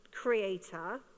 creator